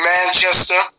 Manchester